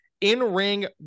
in-ring